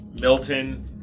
Milton